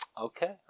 Okay